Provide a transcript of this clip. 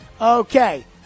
Okay